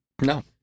No